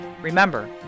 Remember